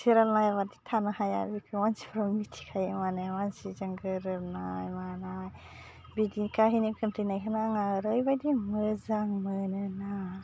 सिराल नायाबाथाय थानो हाया बिखौ मानसिफ्रा मिथिखायो माने मानसिजों गोरोबनाय मानाय बिनि खाहिनि खिन्थिनायखौनो आंहा ओरैबायदि मोजां मोनोना